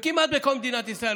וכמעט בכל מדינת ישראל.